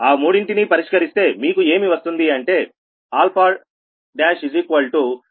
ఆ మూడింటినీ పరిష్కరిస్తే మీకు ఏమి వస్తుంది అంటే α' 55